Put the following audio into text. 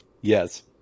Yes